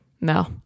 No